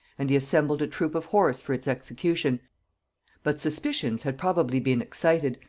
and he assembled a troop of horse for its execution but suspicions had probably been excited,